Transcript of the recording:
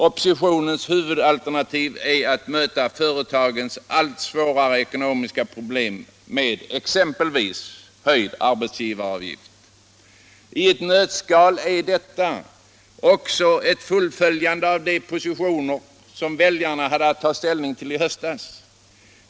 Oppositionens huvudalternativ är att möta företagens allt svårare ekonomiska problem med exempelvis höjd arbetsgivaravgift. I ett nötskal är detta också ett fullföljande av de positioner som väljarna hade att ta ställning till i höstas.